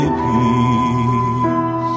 peace